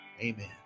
Amen